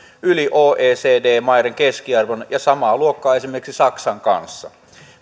yli oecd maiden keskiarvon ja samaa luokkaa esimerkiksi saksan kanssa